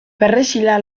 perrexila